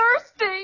thirsty